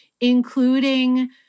including